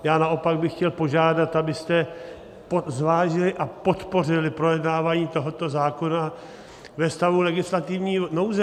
Já naopak bych chtěl požádat, abyste zvážili a podpořili projednávání tohoto zákona ve stavu legislativní nouze.